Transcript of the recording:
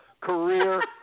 career